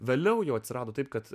vėliau jau atsirado taip kad